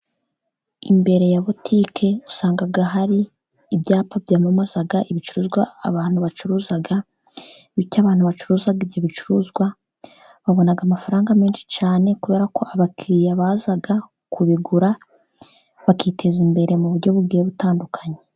Imbere ya butiki usanga hari ibyapa byamamaza ibicuruzwa abantu bacuruza. Bityo abantu bacuruza ibyo bicuruzwa, babona amafaranga menshi cyane, kubera ko abakiriya baza kubigura bakiteza imbere mu buryo bugiye butandukanye.